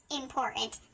important